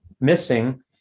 missing